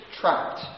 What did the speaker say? trapped